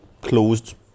closed